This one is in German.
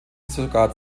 sogar